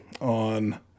on